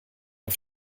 auf